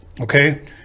okay